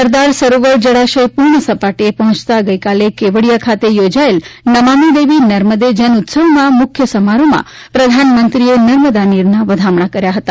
સરદાર સરોવર જળાશય પૂર્ણ સપાટીએ પહોંચતા ગઇકાલે કેવડીયા ખાતે યોજાયેલા નમામી દેવી નર્મદે જન ઉત્સવના મુખ્ય સમારોહમાં પ્રધાનમંત્રીએ નર્મદા નીરના વધામણા કર્યા હતા